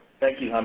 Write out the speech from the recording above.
thank you, um